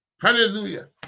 Hallelujah